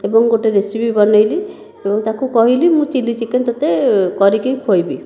ଏବଂ ଗୋଟିଏ ରେସିପି ବନେଇଲି ଏବଂ ତାକୁ କହିଲି ମୁଁ ଚିଲି ଚିକେନ ତୋତେ କରିକି ଖୁଆଇବି